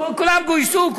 כולם גויסו.